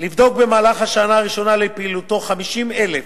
לבדוק במהלך השנה הראשונה לפעילותו 50,000